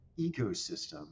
ecosystem